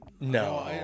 No